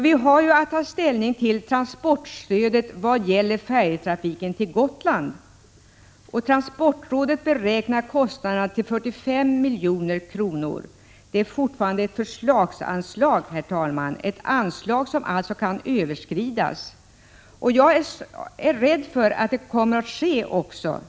Vi har ju att ta ställning till transportstödet i vad gäller färjtrafiken till Gotland. Transportrådet beräknar kostnaderna till 45 milj.kr. Det är fortfarande ett förslagsanslag, alltså ett anslag som kan överskridas. Jag är rädd för att det kommer att ske också.